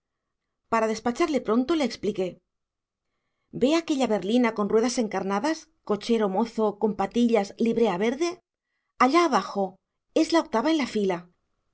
para despacharle pronto le expliqué ve aquella berlina con ruedas encarnadas cochero mozo con patillas librea verde allá abajo es la octava en la fila